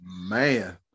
Man